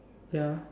ya